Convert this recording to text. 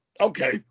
okay